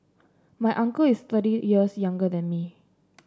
my uncle is thirty years younger than me